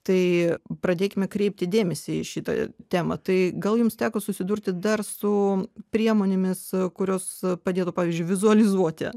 tai pradėkime kreipti dėmesį į šitą temą tai gal jums teko susidurti dar su priemonėmis kurios padėtų pavyzdžiui vizualizuoti